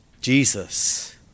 Jesus